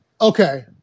Okay